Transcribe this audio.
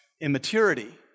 immaturity